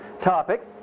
topic